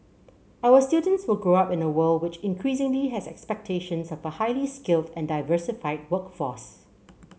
our students will grow up in a world which increasingly has expectations of a highly skilled and diversified workforce